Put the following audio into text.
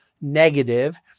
negative